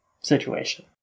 situation